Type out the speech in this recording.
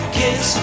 kiss